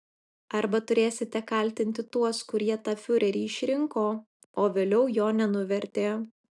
arba turėsite kaltinti tuos kurie tą fiurerį išrinko o vėliau jo nenuvertė